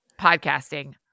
podcasting